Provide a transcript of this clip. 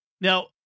Now